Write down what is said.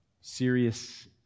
serious